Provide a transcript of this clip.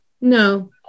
No